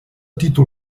títol